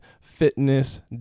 fitness